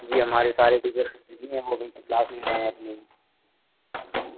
जी हमारे सारे teacher busy हैं अभी वो क्लास ले रहे हैं अपनी